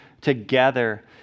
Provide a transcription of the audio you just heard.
together